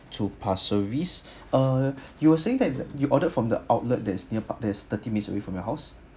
to Pasir Ris uh you were saying that that you ordered from the outlet that's near nearby that is thirty minutes away from your house